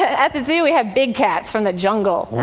at the zoo we have big cats from the jungle.